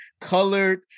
colored